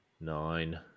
nine